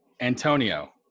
antonio